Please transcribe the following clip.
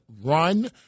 run